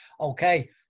Okay